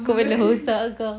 kau benda otak ke